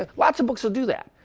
ah lots of books will do that.